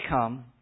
come